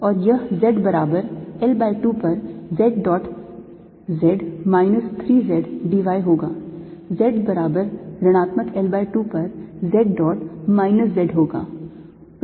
और यह z बराबर L by 2 पर z dot z minus 3 z d y होगा z बराबर ऋणात्मक L by 2 पर z dot minus z होगा